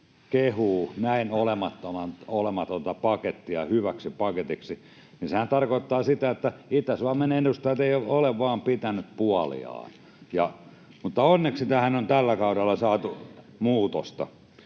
kehuvat näin olematonta pakettia hyväksi paketiksi, niin sehän tarkoittaa sitä, että Itä-Suomen edustajat eivät ole vain pitäneet puoliaan. Mutta onneksi tähän on tällä kaudella saatu muutosta.